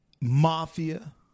mafia